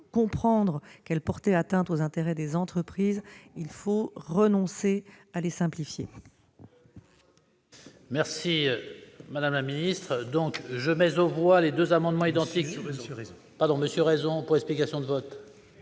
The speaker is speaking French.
comprendre qu'elles portaient atteinte aux intérêts des entreprises, il faut renoncer à les simplifier.